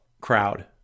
crowd